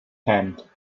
hand